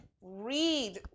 read